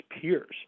peers